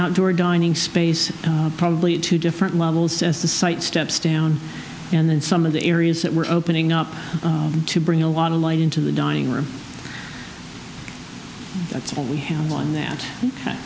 outdoor dining space probably two different levels as the site steps down and then some of the areas that were opening up to bring a lot of light into the dining room that's all we have one that